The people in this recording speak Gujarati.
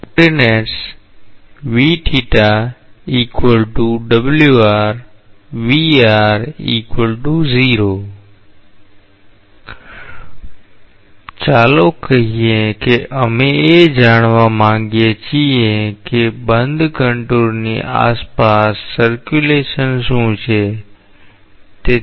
કોઓર્ડિનેટ્સ ચાલો કહીએ કે અમે એ જાણવા માંગીએ છીએ કે બંધ કન્ટુરની આસપાસ પરિભ્રમણ શું છે